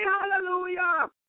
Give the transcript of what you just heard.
Hallelujah